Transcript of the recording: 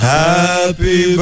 happy